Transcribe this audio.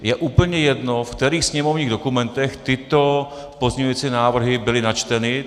Je úplně jedno, v kterých sněmovních dokumentech tyto pozměňovací návrhy byly načteny.